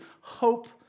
hope